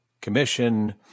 commission